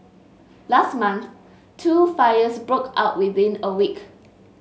last month two fires broke out within a week